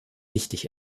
wichtig